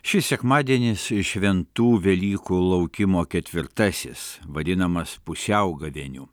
šis sekmadienis šventų velykų laukimo ketvirtasis vadinamas pusiaugavėniu